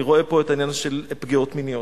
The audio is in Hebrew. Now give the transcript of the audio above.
אני רואה פה את העניין של פגיעות מיניות,